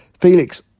Felix